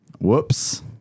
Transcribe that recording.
Whoops